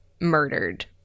murdered